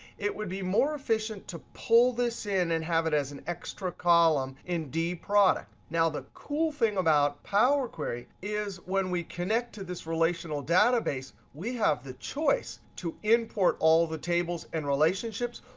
it would be more efficient to pull this in and have it as an extra column in dproduct. now, the cool thing about power query is when we connect to this relational database, we have the choice to import all the tables and relationships,